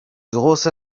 große